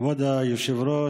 כבוד היושב-ראש,